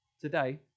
today